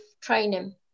Training